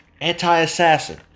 anti-assassin